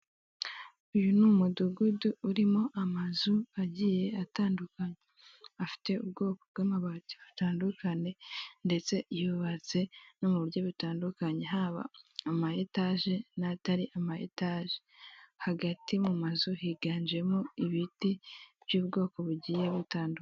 Uyu ni umudugudu urimo amazu agiye atandukanye afite ubwoko bw'amabati butandukanye ndetse yubatse no mu buryo butandukanye haba amaetaje n'atari amaetaje hagati mu mazu higanjemo ibiti by'ubwiko bugiye butandukanye.